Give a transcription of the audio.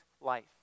life